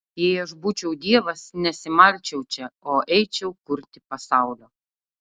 jei aš būčiau dievas nesimalčiau čia o eičiau kurti pasaulio